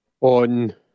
on